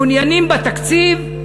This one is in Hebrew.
מעוניינים בתקציב,